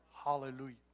Hallelujah